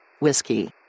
Whiskey